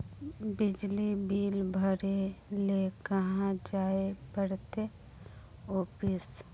बिजली बिल भरे ले कहाँ जाय पड़ते ऑफिस?